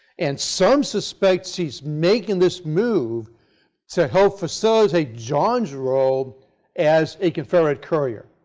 and some suspect she is making this move to help facilitate john's role as a confederate courier.